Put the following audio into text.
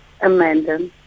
Amanda